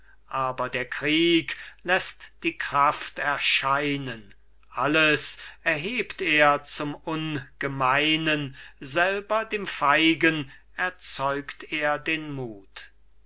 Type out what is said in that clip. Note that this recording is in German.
aber der krieg läßt die kraft erscheinen alles erhebt er zum ungemeinen selber dem feigen erzeugt er den muth